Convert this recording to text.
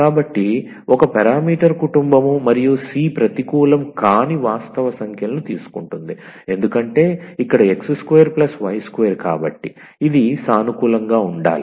కాబట్టి ఒక పారామీటర్ కుటుంబం మరియు c ప్రతికూలం కాని వాస్తవ సంఖ్యలను తీసుకుంటుంది ఎందుకంటే ఇక్కడ 𝑥2 𝑦2 కాబట్టి ఇది సానుకూలంగా ఉండాలి